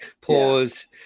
pause